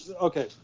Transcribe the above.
okay